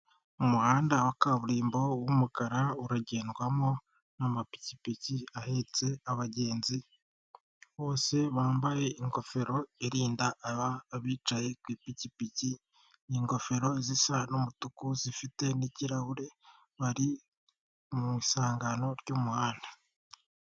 Umuhanda wa kaburimbo w'umukara uragendwamo na mapikipiki ahetse abagenzi bose bambaye ingofero irinda ababa bicaye ku ipikipiki ingofero zisa n'umutuku zifite n'kirahure bari mu isangano ry'umuhanda.